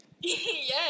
Yes